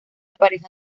pareja